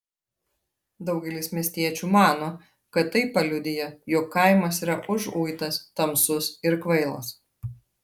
daugelis miestiečių mano kad tai paliudija jog kaimas yra užuitas tamsus ir kvailas